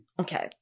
Okay